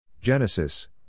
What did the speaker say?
Genesis